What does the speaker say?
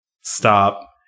Stop